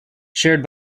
shared